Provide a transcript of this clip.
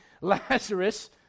Lazarus